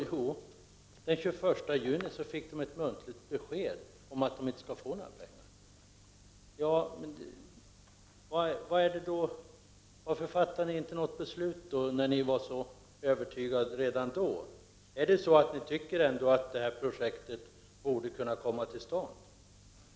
Jo, den 21 juni fick kommunen ett munt ligt besked om att man inte skulle få några pengar. Varför fattar regeringen inte något beslut, när ni var så övertygade redan då? Tycker ni ändå att det här projektet borde komma till stånd?